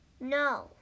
No